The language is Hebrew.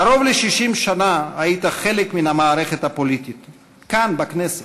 קרוב ל-60 שנה היית חלק מן המערכת הפוליטית כאן בכנסת.